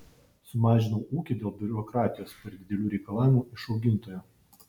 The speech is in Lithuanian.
sumažinau ūkį dėl biurokratijos per didelių reikalavimų iš augintojo